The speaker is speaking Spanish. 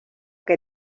que